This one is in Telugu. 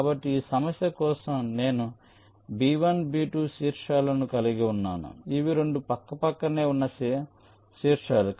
కాబట్టి ఈ సమస్య కోసం నేను B1 B2 శీర్షాలను కలిగి ఉన్నాను ఇవి రెండు పక్కపక్కనే ఉన్న న శీర్షాలు